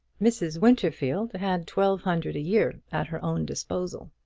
mrs. winterfield had twelve hundred a year at her own disposal,